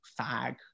fag